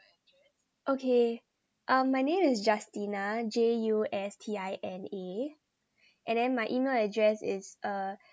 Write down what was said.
okay um my name is justina J U S T I N A and then my email address is uh